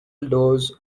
doors